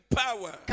power